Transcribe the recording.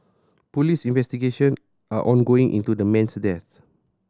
police investigation are ongoing into the man's death